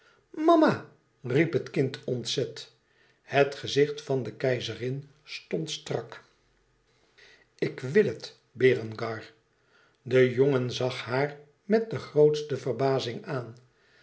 mama riep het kind ontzet het gezicht van de keizerin stond strak ik wil het berengar de jongen zag haar met de grootste verbazing aan